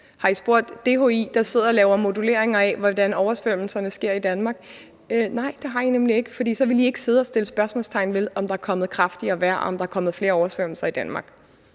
Har I spurgt DHI, der sidder og laver modelleringerne af, hvordan oversvømmelserne sker i Danmark? Nej, det har I nemlig ikke, for så ville man ikke sidde og sætte spørgsmålstegn ved, om der er kommet kraftigere vejr, om der er kommet flere oversvømmelser i Danmark.